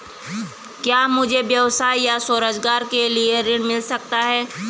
क्या मुझे व्यवसाय या स्वरोज़गार के लिए ऋण मिल सकता है?